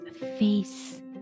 face